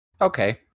Okay